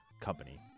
company